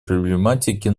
проблематики